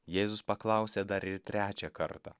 jėzus paklausė dar ir trečią kartą